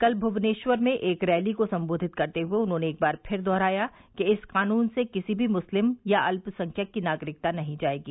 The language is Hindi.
कल भूवनेश्वर में एक रैली को संबोधित करते हुए उन्होंने एक बार फिर दोहराया कि इस कानून से किसी भी मुस्लिम या अल्पसंख्यक की नागरिकता नहीं जाएगी